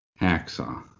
Hacksaw